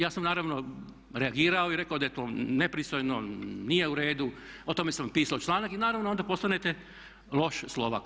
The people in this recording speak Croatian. Ja sam naravno reagirao i rekao da je to nepristojno, nije u redu, o tome sam pisao članak i naravno onda postanete loš Slovak.